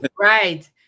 right